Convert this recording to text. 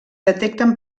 detecten